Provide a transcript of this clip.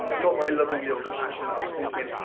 not very lovingly or compassionate, i was thinking,